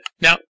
Now